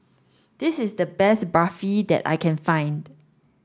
this is the best Barfi that I can find